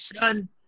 son